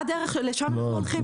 לשם אנחנו הולכים.